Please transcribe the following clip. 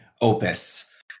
opus